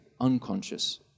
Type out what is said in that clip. unconscious